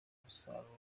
umusaruro